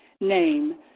name